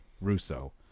Russo